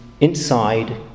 inside